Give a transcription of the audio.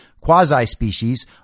quasi-species